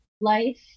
life